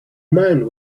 mind